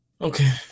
Okay